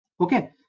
okay